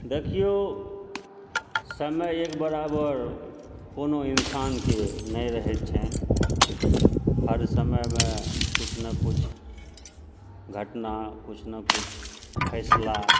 देखियौ समय एक बराबर कोनो इन्सानके नहि रहैत छनि हर समयमे किछु ने किछु घटना किछु ने किछु फैसला